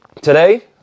Today